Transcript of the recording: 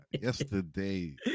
Yesterday